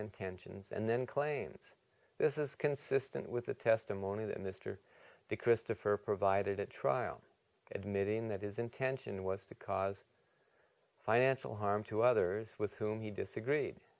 intentions and then claims this is consistent with the testimony that mr christopher provided at trial admitting that his intention was to cause financial harm to others with whom he disagreed